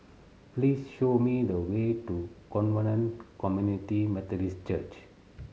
please show me the way to Covenant Community Methodist Church